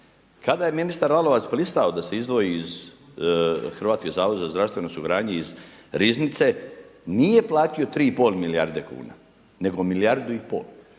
Kada je ministar Lalovac pristao da se izdvoji iz Hrvatske Zavod za zdravstveno osiguranje iz Riznice nije platio 3 i pol milijarde kuna, nego milijardu i pol.